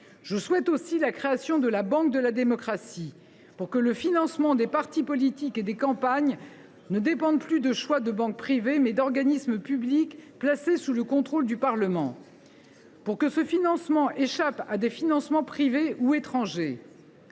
Je souhaite aussi la création de la banque de la démocratie, pour que le financement des partis politiques et des campagnes dépende des choix non plus de banques privées, mais d’organismes publics placés sous le contrôle du Parlement, et pour qu’il échappe à des financements privés ou étrangers.